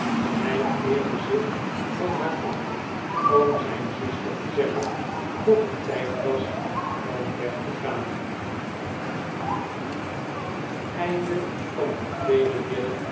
hij keerde zich van haar af om zijn zuster te zeggen dat het tijd was om weg te gaan